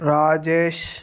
Rajesh